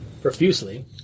profusely